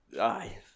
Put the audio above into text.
aye